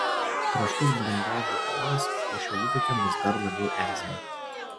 troškus blindažo oras po šio įvykio mus dar labiau erzina